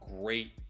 great